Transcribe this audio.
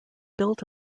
built